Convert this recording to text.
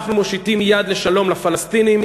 אנחנו מושיטים יד לשלום לפלסטינים,